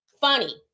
funny